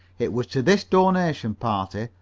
it was to this donation party,